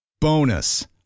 Bonus